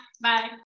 bye